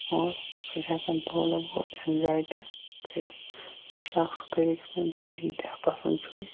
اور سُہ چھُ ہیکن تھوڑا بہت اینجاے تہِ کٔرِتھ یہِ چھ اَکھ طریٖق یُس مےٚ بے اِنتہا پسنٛد چھُ